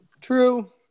True